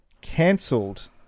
cancelled